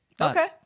Okay